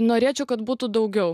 norėčiau kad būtų daugiau